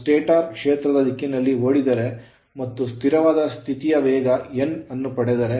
ಅದು stator stator ಕ್ಷೇತ್ರದ ದಿಕ್ಕಿನಲ್ಲಿ ಓಡಿದರೆ ಮತ್ತು ಸ್ಥಿರವಾದ ಸ್ಥಿತಿಯ ವೇಗ n ಅನ್ನು ಪಡೆದರೆ